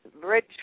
Bridge